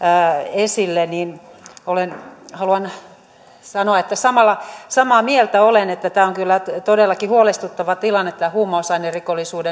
esille haluan sanoa että samaa mieltä olen siitä että tämä on kyllä todellakin huolestuttava tilanne että huumausainerikollisuus